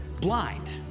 blind